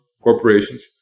corporations